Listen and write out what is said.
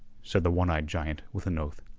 said the one-eyed giant with an oath.